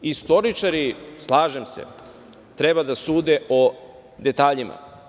Istoričari, slažem se, treba da sude o detaljima.